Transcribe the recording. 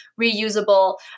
reusable